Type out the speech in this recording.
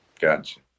Gotcha